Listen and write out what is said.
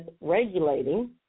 regulating